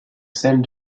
celle